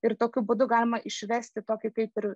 ir tokiu būdu galima išvesti tokį kaip ir